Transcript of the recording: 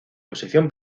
posición